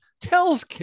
tells